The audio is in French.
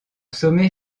sommet